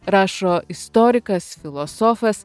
rašo istorikas filosofas